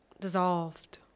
Dissolved